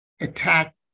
attack